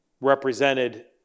represented